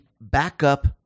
backup